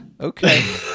okay